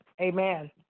Amen